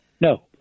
No